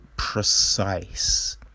Precise